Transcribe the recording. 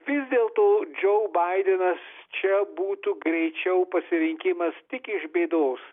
vis dėlto džo baidenas čia būtų greičiau pasirinkimas tik iš bėdos